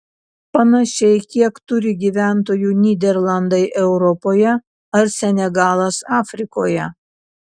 panašiai kiek turi gyventojų nyderlandai europoje ar senegalas afrikoje